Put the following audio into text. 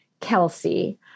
Kelsey